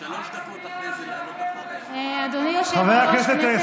לעלות אחרי זה.